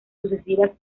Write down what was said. sucesivas